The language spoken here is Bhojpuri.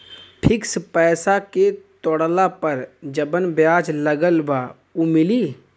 फिक्स पैसा के तोड़ला पर जवन ब्याज लगल बा उ मिली?